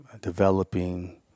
developing